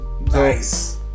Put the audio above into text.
Nice